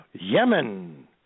Yemen